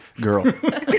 girl